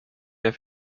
der